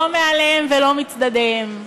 לא מעליהם ולא מצדדיהם,